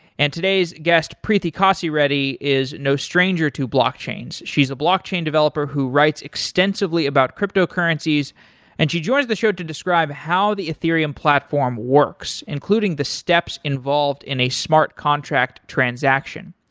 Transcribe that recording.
and today's guest, preethi kasireddy, is no stranger to blockchains. she's a blockchain developer who writes extensively about cryptocurrencies and she joins the show to describe how the ethereum platform works, including the steps involved in a smart contract transaction.